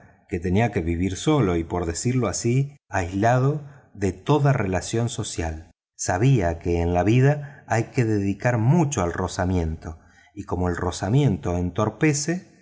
que tenía que vivir solo y por decirlo así aislado de toda relación social sabía que en la vida hay que dedicar mucho al rozamiento y como el rozamiento entorpece